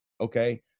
Okay